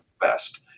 best